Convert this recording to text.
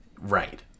right